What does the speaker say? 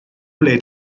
ble